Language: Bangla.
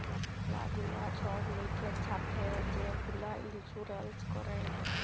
ম্যালা গুলা ছব লয়কের ছাথে যে গুলা ইলসুরেল্স ক্যরে